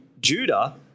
Judah